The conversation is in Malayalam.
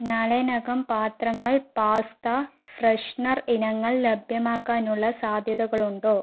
നാളെ നകം പാത്രങ്ങൾ പാസ്ത ഫ്രെഷ്നർ ഇനങ്ങൾ ലഭ്യമാക്കാനുള്ള സാധ്യതകളുണ്ടോ